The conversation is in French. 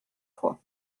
fois